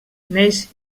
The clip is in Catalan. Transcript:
neix